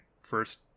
first